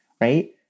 right